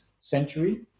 century